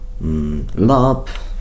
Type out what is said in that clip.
love